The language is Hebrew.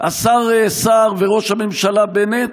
השר סער וראש הממשלה בנט?